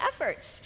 efforts